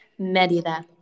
Medida